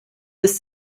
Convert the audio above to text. ist